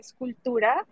Escultura